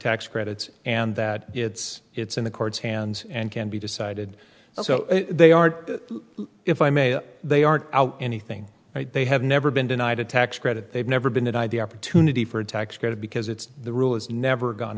tax credits and that it's it's in the court's hands and can be decided so they are if i may they aren't out anything they have never been denied a tax credit they've never been denied the opportunity for a tax credit because it's the rule is never gone